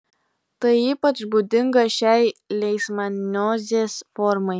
tai ypač būdinga šiai leišmaniozės formai